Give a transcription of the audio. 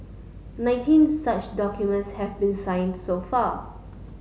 nineteen such documents have been signed so far